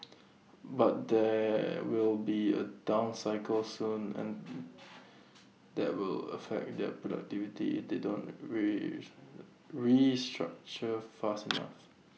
but there will be A down cycle soon and that will affect their productivity they don't ree restructure fast enough